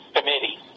Committee